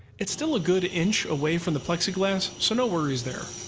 it's still a good inch away from the plexiglass, so no worries there.